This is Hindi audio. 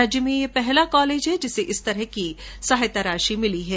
राज्य में यह पहला कॉलेज है जिसे इस तरह की सहायता मिली है